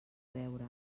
veure